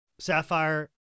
Sapphire